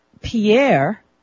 Pierre